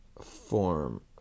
form